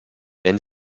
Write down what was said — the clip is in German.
wenn